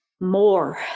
More